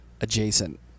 adjacent